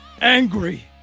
angry